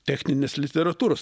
techninės literatūros